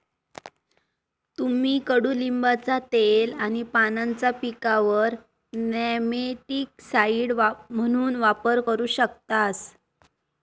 तुम्ही कडुलिंबाचा तेल आणि पानांचा पिकांवर नेमॅटिकसाइड म्हणून वापर करू शकतास